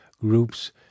groups